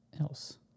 else